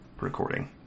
recording